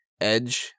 Edge